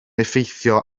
effeithio